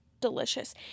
delicious